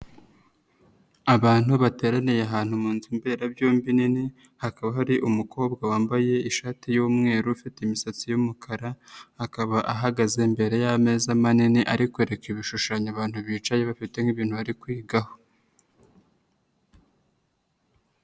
Abantu bateraniye ahantu mu nzu mberabyombi nini, hakaba hari umukobwa wambaye ishati y'umweru ufite imisatsi y'umukara, akaba ahagaze imbere y'ameza manini ari kwereka ibishushanyo abantu bicaye bafite nk'ibintu bari kwigaho.